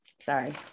sorry